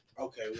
Okay